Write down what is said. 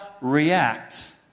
react